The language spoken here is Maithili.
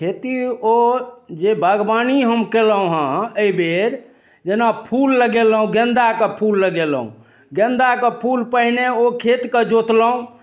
खेती ओ जे बागबानी हम कयलहुँ हँ अइ बेर जेना फूल लगेलहुँ गेन्दाके फूल लगेलहुँ गेन्दाके फूल पहिने ओ खेतके जोतलहुँ